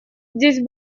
здесь